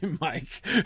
Mike